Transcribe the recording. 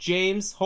James